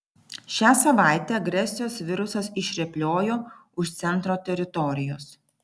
šią savaitę agresijos virusas išrėpliojo už centro teritorijos